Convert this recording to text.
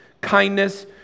kindness